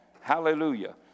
Hallelujah